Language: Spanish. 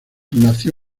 nació